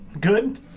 Good